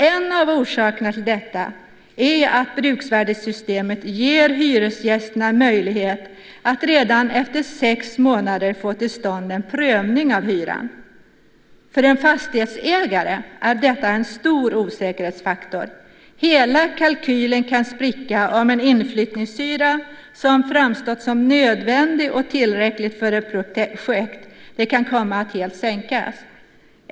En av orsakerna till detta är att bruksvärdessystemet ger hyresgästerna möjlighet att redan efter sex månader få till stånd en prövning av hyran. För en fastighetsägare är detta en stor osäkerhetsfaktor. Hela kalkylen kan spricka om en inflyttningshyra, som framstått som nödvändig och tillräcklig för ett projekt, kan komma att sänkas.